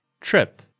trip